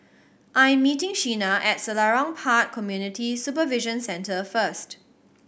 I'm meeting Sheena at Selarang Park Community Supervision Centre first